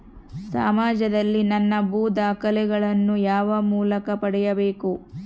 ಸಮಾಜದಲ್ಲಿ ನನ್ನ ಭೂ ದಾಖಲೆಗಳನ್ನು ಯಾವ ಮೂಲಕ ಪಡೆಯಬೇಕು?